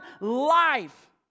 life